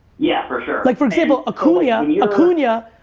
yeah, for sure. like, for example, acuna, ah acuna,